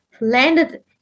landed